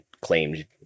claimed